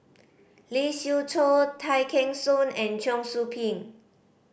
Lee Siew Choh Tay Kheng Soon and Cheong Soo Pieng